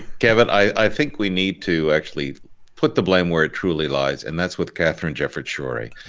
kevin, i think we need to actually put the blame where it truly lies and that's with katharine jefferts schori